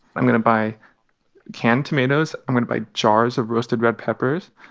i'm going to buy canned tomatoes. i'm going to buy jars of roasted red peppers.